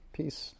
peace